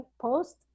post